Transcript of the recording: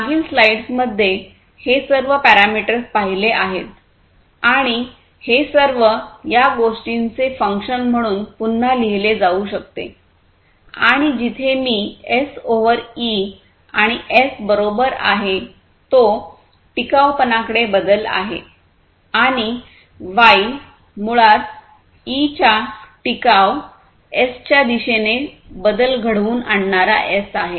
मागील स्लाइड्स मध्ये हे सर्व पॅरामीटर्स पाहिले आहेत आणि हे सर्व या गोष्टीचे फंक्शन म्हणून पुन्हा लिहीले जाऊ शकते आणि जिथे मी एस ओव्हर ई आणि एस बरोबर आहे तो टिकावपणाकडे बदल आहे आणि वाई मुळात ई च्या टिकाव एस च्या दिशेने बदल घडवून आणणारा एस आहे